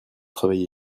travaillé